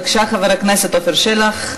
בבקשה, חבר הכנסת עפר שלח,